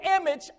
image